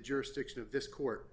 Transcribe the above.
jurisdiction of this court